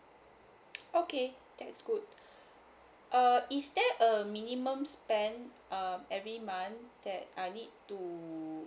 okay that's good uh is there a minimum spend um every month that I need to